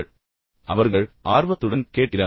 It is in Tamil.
எனவே அவர்கள் ஆர்வத்துடன் கேட்கிறார்கள்